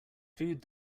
food